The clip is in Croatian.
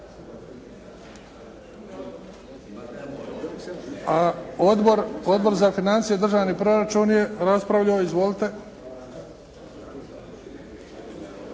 A Odbor za financije i državni proračun je raspravljao. Izvolite.